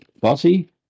bossy